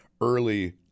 early